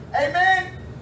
Amen